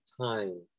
time